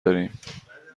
داریم